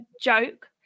joke